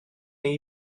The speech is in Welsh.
neu